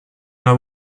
una